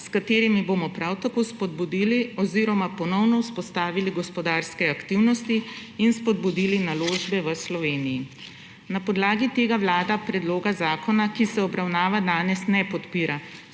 s katerimi bomo prav tako spodbudili oziroma ponovno vzpostavili gospodarske aktivnosti in spodbudili naložbe v Sloveniji. Na podlagi tega Vlada predloga zakona, ki se obravnava danes, ne podpira,